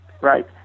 right